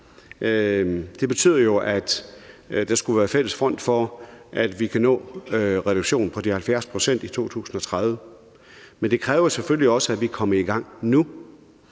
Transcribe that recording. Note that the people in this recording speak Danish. Det betyder, at der skulle være fælles front, så vi kan nå en reduktion på de 70 pct. i 2030. Men det kræver selvfølgelig også, at vi kommer i gang nu,